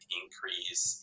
increase